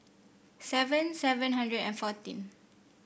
seven seven hundred and fourteen